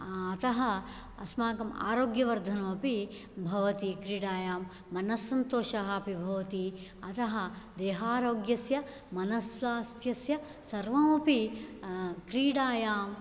अतः अस्माकम् आरोग्यवर्धनमपि भवति क्रीडायां मनस्सन्तोषः अपि भवति अतः देहारोग्यस्य मनस्स्वास्थ्यस्य सर्वमपि क्रीडायां